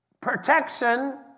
protection